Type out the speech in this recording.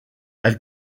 elle